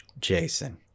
Jason